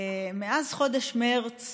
מאז חודש מרץ